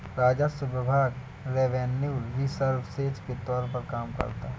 राजस्व विभाग revenue services के तौर पर काम करता है